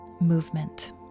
Movement